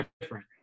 different